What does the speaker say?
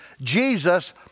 Jesus